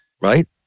Right